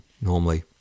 normally